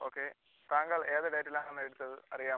okay താങ്കൾ ഏത് ഡേറ്റിലാണ് എടുത്തത് അറിയാമോ